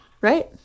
Right